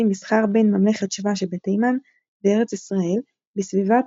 מסחר בין ממלכת שבא שבתימן וארץ ישראל בסביבת